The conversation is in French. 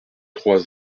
trois